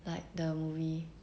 like the movie